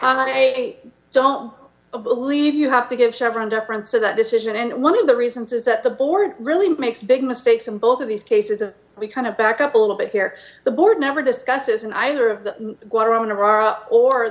they don't believe you have to give chevron deference to that decision and one of the reasons is that the board really makes big mistakes in both of these cases of we kind of back up a little bit here the board never discusses in either of the